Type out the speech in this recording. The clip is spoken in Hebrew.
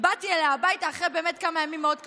באתי אליה הביתה, אחרי כמה ימים מאוד קשים.